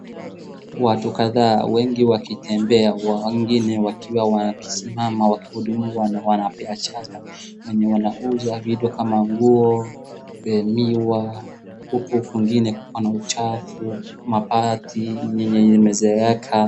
Watu kadhaa wengi wakitembea wengi wakiwa wamesimama wakihudumu wana wapea chanda wenye wanauza vitu kama nguo lemiwa huku kwingine kuna uchafu ,mabati yenye imezeeka.